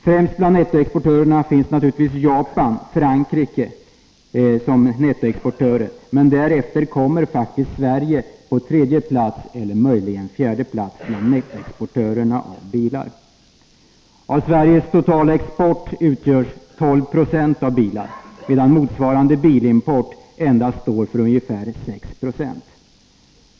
Främst bland nettoexportörerna finns naturligtvis Japan och Frankrike. Men därefter kommer faktiskt Sverige på tredje plats, eller möjligen på fjärde plats. Av Sveriges totala export utgörs 12 26 av bilar, medan motsvarande bilimport endast står för ungefär 6 20.